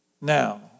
now